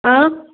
അഹ്